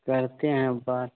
कहते हैं बात